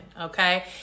okay